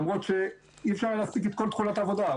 למרות שאי אפשר היה להספיק את כל תכולת העבודה.